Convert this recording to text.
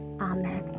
amen